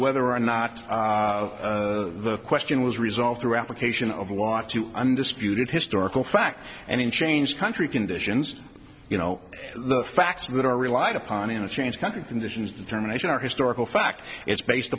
whether or not the question was resolved through application of walk to undisputed historical facts and in changed country conditions you know the facts that are relied upon in a changed country conditions determination are historical fact it's based